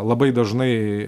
labai dažnai